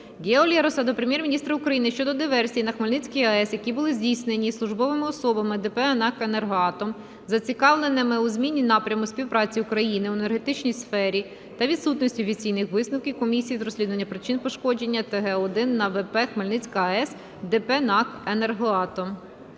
Гео Лероса до Прем'єр-міністра України щодо диверсій на Хмельницькій АЕС, які були здійснені службовими особами ДП "НАЕК "Енергоатом", зацікавленими у зміні напрямку співпраці України у енергетичній сфері, та відсутності офіційних висновків Комісії з розслідування причин пошкодження ТГ-1 на ВП "Хмельницька АЕС" ДП "НАЕК "Енергоатом".